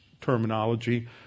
terminology